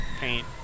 paint